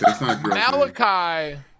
Malachi